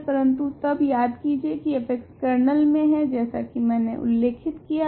परंतु तब याद कीजिए की f कर्नल मे है जैसा की मैंने उल्लेखित किया था